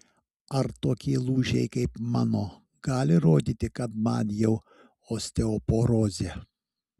ar tokie lūžiai kaip mano gali rodyti kad man jau osteoporozė